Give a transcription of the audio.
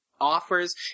offers